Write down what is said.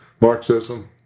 Marxism